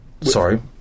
Sorry